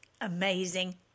Amazing